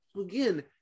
Again